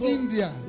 India